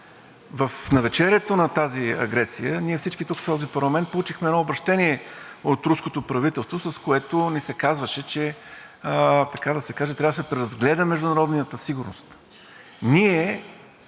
навечерието на тази агресия ние всички тук в този парламент получихме едно обръщение от руското правителство, с което ни се казваше, че така да се каже, трябва да се преразгледа международната сигурност. Ние,